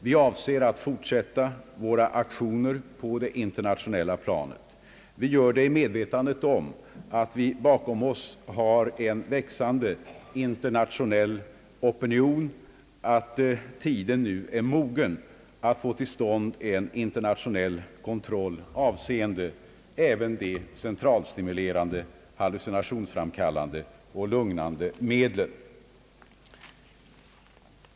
Vi avser att fortsätta våra aktioner på det internationella planet. Vi gör det i medvetandet om att vi bakom oss har en växande internationell opinion, att tiden nu är mogen att få en internationell kontroll, avseende även de centralstimulerande, hallucinationsframkallande och lugnande medlen.